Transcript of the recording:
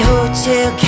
Hotel